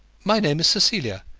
my name is cecilia.